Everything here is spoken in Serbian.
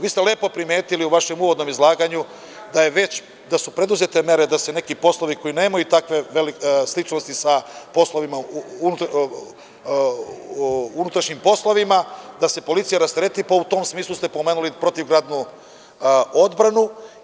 Vi ste lepo primetili u vašem uvodnom izlaganju da su već preduzete mere da se neki poslovi koji nemaju sličnosti sa poslovima, unutrašnjim poslovima, da se policija rastereti i u tom smislu ste spomenuli protivgradnu odbranu.